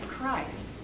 Christ